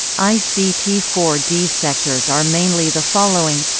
i c t four d sectors are mainly the following